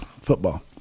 football